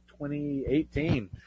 2018